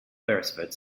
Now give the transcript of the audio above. beresford